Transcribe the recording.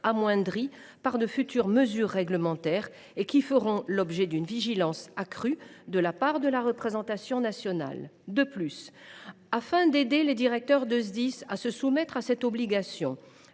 amoindrie par de futures mesures réglementaires et qu’elle fera l’objet d’une vigilance accrue de la part de la représentation nationale. Afin d’aider les directeurs de Sdis à se soumettre à cette obligation,